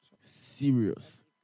Serious